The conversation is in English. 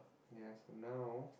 yes for now